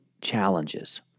challenges